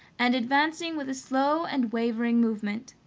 and advancing with a slow and wavering movement.